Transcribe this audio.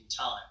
time